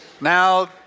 Now